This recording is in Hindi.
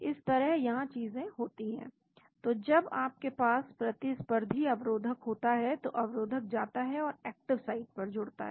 इस तरह से यहां चीजें होती हैं और तो जब आपके पास प्रतिस्पर्धी अवरोधक होता है तो अवरोधक जाता है और एक्टिव साइट पर यहां जुड़ता है